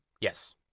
Yes